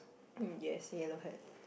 mm yes yellow hat